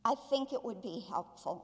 i think it would be helpful